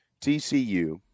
TCU